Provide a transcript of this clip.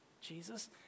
Jesus